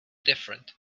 different